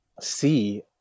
see